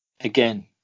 Again